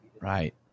Right